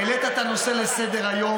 העלית את הנושא לסדר-היום,